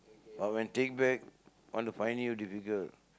but when take back want to find you difficult